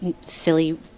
silly